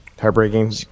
Heartbreaking